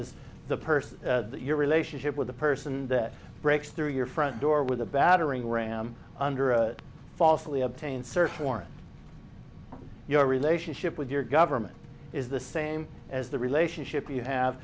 as the person that your relationship with a person that breaks through your front door with a battering ram under a falsely obtained search warrant your relationship with your government is the same as the relationship you have